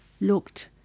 looked